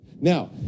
Now